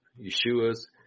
Yeshua's